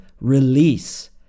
release